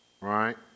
right